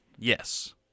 Yes